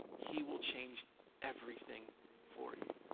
he will change everything for you.